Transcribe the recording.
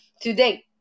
today